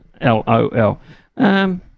L-O-L